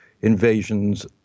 invasions